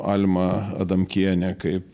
alma adamkienė kaip